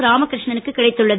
ராமக்கிருஷ்ணனுக்கு கிடைத்துள்ளது